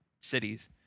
cities